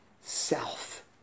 self